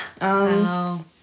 Wow